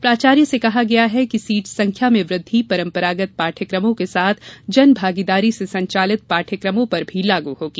प्राचार्यों से कहा गया है कि सीट संख्या में वृद्वि परंपरागत पाठ्यक्रमों के साथ जन भागीदारी से संचालित पाठ्यक्रमों पर भी लागू होगी